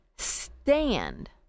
Stand